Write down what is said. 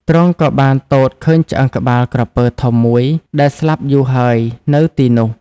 ទ្រង់ក៏បានទតឃើញឆ្អឹងក្បាលក្រពើធំមួយ ដែលស្លាប់យូរហើយនៅទីនោះ។